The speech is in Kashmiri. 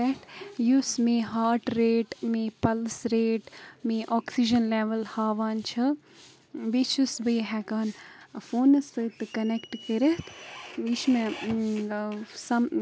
نہ چھِ یہِ وٕنکٮٚنَس ٹیٖن ایجی تہٕ نہ چھِ یہِ وٕنکٮٚنَس اٮ۪ڈَلٹ ایجی تہٕ مےٚ چھُ باسان کہِ بہٕ چھَس ریسپانسِبلٹی تہِ نِباوان گَرِچ بہٕ چھَس